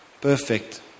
perfect